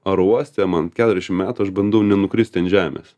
orouoste man keturiasdešim metų aš bandau nenukristi ant žemės